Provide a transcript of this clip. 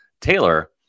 Taylor